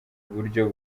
buryo